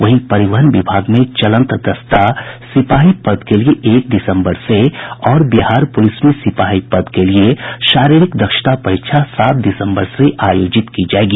वहीं परिवहन विभाग में चलंत दस्ता सिपाही पद के लिए एक दिसम्बर से और बिहार पुलिस में सिपाही पद के लिए शारीरिक दक्षता परीक्षा सात दिसम्बर से आयोजित की जायेगी